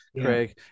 Craig